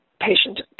Patient